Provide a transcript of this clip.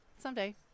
Someday